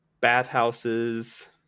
bathhouses